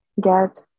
get